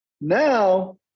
Now